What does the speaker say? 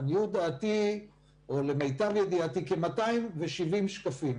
לעניות דעתי או למיטב ידיעתי, כ-270 שקפים.